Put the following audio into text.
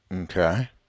Okay